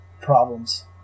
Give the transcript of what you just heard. problems